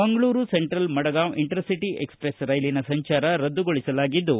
Mangaluru central Madgaon inter ಒಟ express ರೈಲು ಸಂಚಾರ ರದ್ದುಗೊಳಿಸಲಾಗಿದ್ದು